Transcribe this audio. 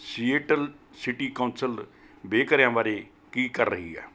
Seattle city council ਬੇਘਰਿਆਂ ਬਾਰੇ ਕੀ ਕਰ ਰਹੀ ਹੈ